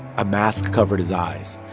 a mask covered his eyes.